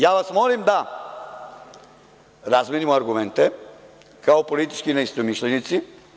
Ja vas molim da razmenimo argumente kao politički neistomišljenici.